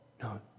No